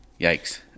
yikes